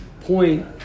point